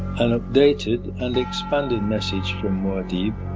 an updated and expanded message from muad'dib,